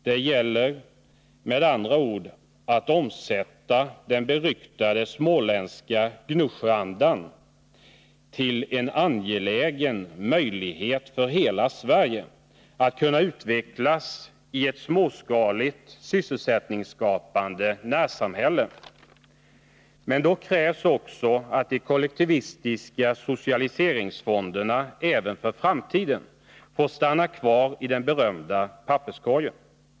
Det gäller med andra ord att omsätta den beryktade småländska ”Gnosjöandan” till en angelägen möjlighet för hela Sverige att kunna utvecklas i ett småskaligt sysselsättningsskapande närsamhälle. Men då krävs också att de kollektivistiska socialiseringsfonderna även för framtiden får stanna kvar i den berömda papperskorgen.